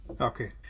Okay